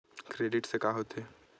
Credit से का होथे?